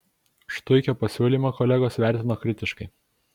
štuikio pasiūlymą kolegos vertino kritiškai